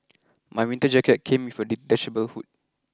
my winter jacket came with a detachable hood